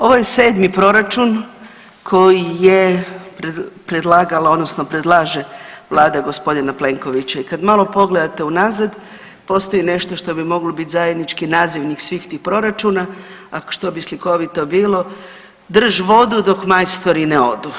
Ovo je sedmi proračun, koji je predlagalo, odnosno predlaže Vlada gospodina Plenkovića i kad malo pogledate unazad, postoji nešto što bi moglo biti zajednički nazivnik svih tih proračuna, a što bi slikovito bilo, drž vodu dok majstori ne odu.